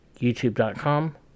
youtube.com